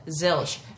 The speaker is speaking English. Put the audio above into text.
zilch